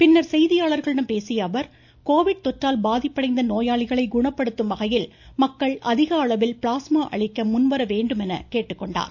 பின்னர் செய்தியாளர்களிடம் பேசிய அவர் கோவிட் தொற்றால் பாதிப்படைந்த நோயாளிகளை குணப்படுத்தும் வகையில் மக்கள் அதிக அளவில் பிளாஸ்மா அளிக்க முன்வர வேண்டும் என அவர் கேட்டுக்கொண்டார்